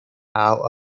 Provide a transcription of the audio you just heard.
how